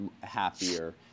happier